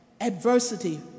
adversity